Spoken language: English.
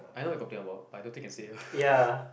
I know what you complain about but I don't think can say ah